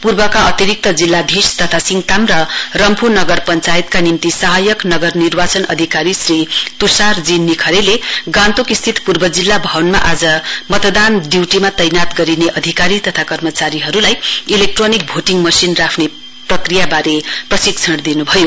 पूर्वका अतिरिक्त जिल्लाधीश तथा सिङताम र रम्फू नगर पश्चायतका निम्ति सहायक नगर निर्वाचन अधिकारी श्री तुषार जी निखरेले गान्तोक स्थित पूर्व जिल्ला भवनमा आज मतदान ड्यूटीमा तैनात गरिने अधिकारी तथा कर्मचारीहरुलाई इलेक्ट्रोनिक भोटीङ मशिन राख्ने प्रक्रियावारे प्रशिक्षण दिनुभयो